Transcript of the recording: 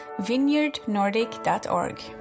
vineyardnordic.org